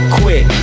quit